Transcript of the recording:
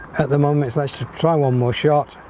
at the moment it's nice to try one more shot